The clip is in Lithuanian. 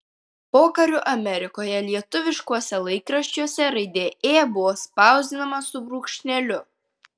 pokariu amerikoje lietuviškuose laikraščiuose raidė ė buvo spausdinama su brūkšneliu